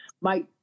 Mike